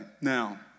Now